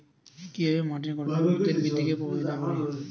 কিভাবে মাটির গঠন উদ্ভিদের বৃদ্ধিকে প্রভাবিত করে?